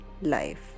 life